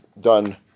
done